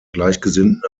gleichgesinnten